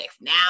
now